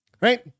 Right